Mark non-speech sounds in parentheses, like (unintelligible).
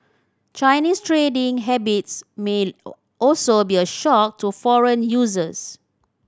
Chinese trading habits may (unintelligible) also be a shock to foreign users